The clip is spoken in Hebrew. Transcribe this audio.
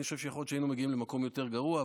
אני חושב שיכול להיות שהיינו מגיעים למקום יותר גרוע,